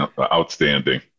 Outstanding